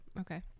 Okay